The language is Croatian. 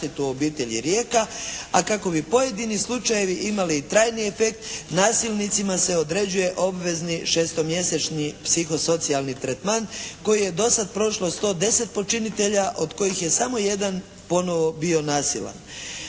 obitelji Rijeka, a kako bi pojedini slučajevi imali i trajniji efekt nasilnicima se određuje obvezni šestomjesečni psiho socijalni tretman koji je dosad prošlo 110 počinitelja od kojih je samo jedan ponovo bio nasilan.